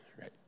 Right